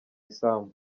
isambu